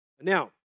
Now